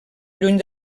lluny